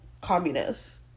communists